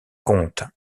compte